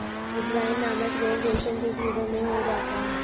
pebrine नामक रोग रेशम के कीड़ों में हो जाता है